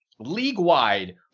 League-wide